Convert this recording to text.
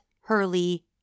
Hurley